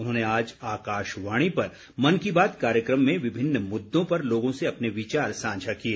उन्होंने आज आकाशवाणी पर मन की बात कार्यक्रम में विभिन्न मुददों पर लोगों से अपने विचार सांझा किए